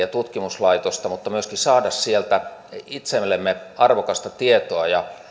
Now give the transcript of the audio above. ja tutkimuslaitosta mutta myöskin saada sieltä itsellemme arvokasta tietoa ja